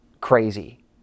crazy